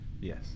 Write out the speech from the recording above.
Yes